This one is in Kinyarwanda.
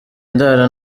ndara